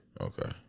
Okay